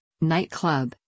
nightclub